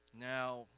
Now